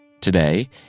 Today